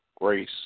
grace